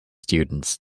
students